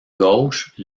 gauche